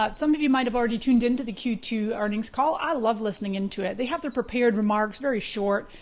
but some of you might have already tuned in to the q two earnings call. i love listening into it. they have their prepared remarks, very short,